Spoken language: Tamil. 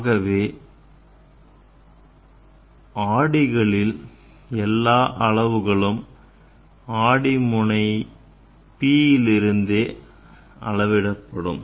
அதுவே ஆடிகளில் எல்லா அளவுகளும் ஆடி முனையில் P இருந்தே அளவிடப்படும்